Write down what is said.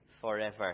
forever